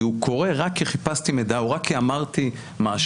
והוא קורא רק כי חיפשתי מידע או רק כי אמרתי משהו,